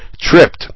tripped